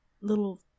little